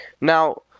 Now